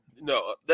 no